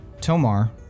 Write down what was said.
Tomar